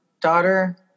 daughter